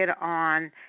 on